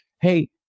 Hey